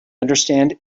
understand